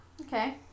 Okay